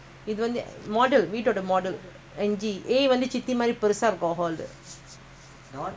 மாதிரிபெருசாஇருக்கும்:mathiri perusha irukkum hall five room